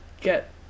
get